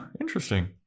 interesting